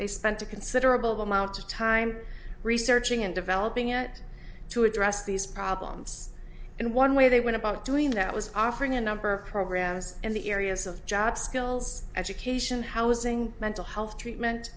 they spent a considerable amount of time researching and developing it to address these problems and one way they went about doing that was offering a number of programs in the areas of job skills education housing mental health treatment